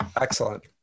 Excellent